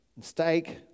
steak